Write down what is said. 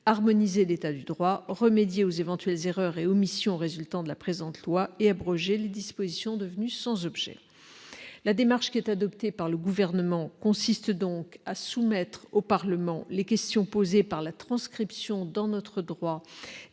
harmoniser l'état du droit, remédier aux éventuelles erreurs et omissions résultant de la présente loi et abroger les dispositions devenues sans objet. La démarche adoptée par le Gouvernement consiste donc à soumettre au Parlement les questions posées par la transcription dans notre droit